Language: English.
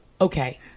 Okay